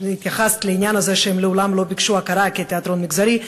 התייחסת לעניין הזה שהם מעולם לא ביקשו הכרה כתיאטרון מגזרי,